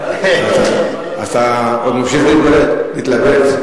אתה עוד ממשיך להתלבט?